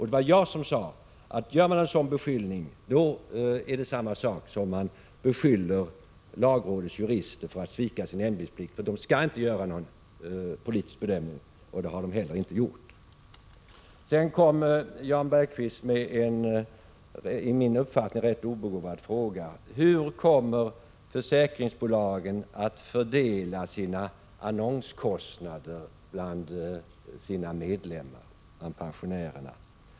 Det var jag som sade att om man gör en sådan beskyllning, är det samma sak som att beskylla lagrådets jurister för att svika sin ämbetsplikt. Dessa skall ju inte göra några politiska bedömningar, och det har de heller inte gjort. Jan Bergqvist ställde sedan en enligt min uppfattning rätt obegåvad fråga: Hur kommer försäkringsbolagen att fördela sina annonskostnader mellan sina medlemmar bland pensionärerna?